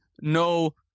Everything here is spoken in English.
no